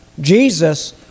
Jesus